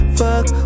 fuck